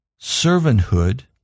servanthood